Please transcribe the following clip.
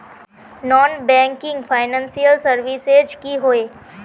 Non banking financial services की होय?